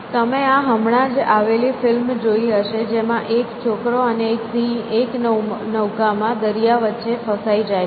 તમે આ હમણાં જ આવેલી ફિલ્મ જોઈ હશે જેમાં એક છોકરો અને એક સિંહ એક નૌકામાં દરિયા વચ્ચે ફસાઈ જાય છે